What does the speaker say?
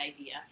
idea